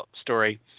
story